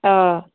ꯑꯥ